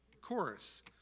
chorus